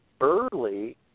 early